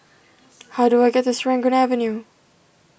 how do I get to Serangoon Avenue